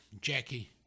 jackie